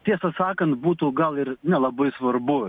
tiesą sakant būtų gal ir nelabai svarbu